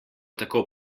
tako